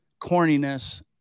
corniness